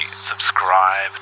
subscribe